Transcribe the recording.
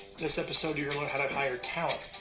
this episode you're gonna learn how to hire talent